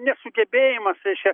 nesugebėjimas reiškia